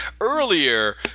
earlier